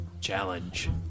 challenge